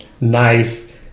nice